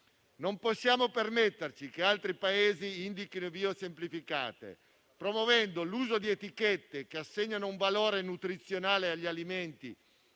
Non possiamo permetterci che altri Paesi indichino vie semplificate, promuovendo l'uso di etichette che assegnano un valore nutrizionale agli alimenti